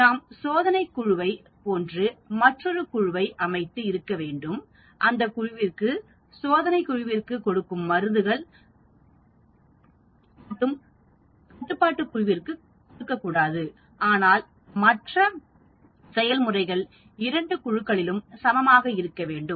நாம் சோதனை குழுவைப் போன்று மற்றொரு குழுவை அமைத்து இருக்க வேண்டும் அந்தக் குழுவிற்கு சோதனைக் குழுவிற்குகொடுக்கும் மருந்துகள் மட்டும் கட்டுப்பாட்டு குழுவிற்கு கொடுக்கக் கூடாது ஆனால் மற்ற செயல்முறைகள் இரண்டு குழுக்களிலும் சமமாக இருக்க வேண்டும்